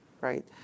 right